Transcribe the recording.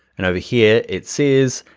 and over here it says,